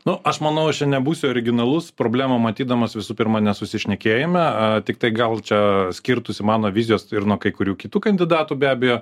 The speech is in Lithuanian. na aš manau aš nebūsiu originalus problemą matydamas visų pirma nesusišnekėjime tiktai gal čia skirtųsi mano vizijos ir nuo kai kurių kitų kandidatų be abejo